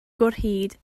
gwrhyd